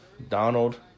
Donald